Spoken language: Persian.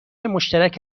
مشترک